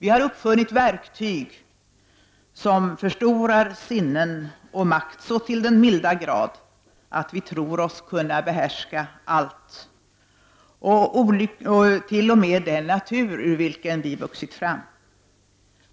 Vi har uppfunnit verktyg, som förstorar sinnen och makt så till den milda grad att vi tror oss kunna behärska allt, t.o.m. den natur ur vilken vi vuxit fram.